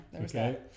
okay